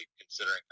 considering